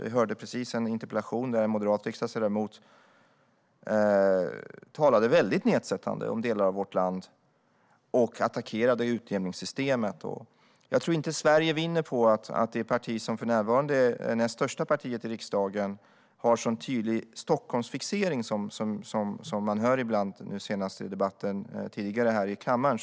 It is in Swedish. Vi hörde precis en interpellationsdebatt där en moderat riksdagsledamot talade väldigt nedsättande om delar av vårt land och attackerade utjämningssystemet. Jag tror inte att Sverige vinner på att det parti som för närvarande är näst störst i riksdagen har en så tydlig Stockholmsfixering som man hör ibland, senast i den debatt som var tidigare här i kammaren.